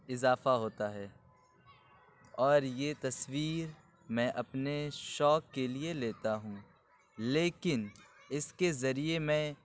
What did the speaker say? اضافہ ہوتا ہے اور یہ تصویر میں اپنے شوق کے لیے لیتا ہوں لیکن اس کے ذریعے میں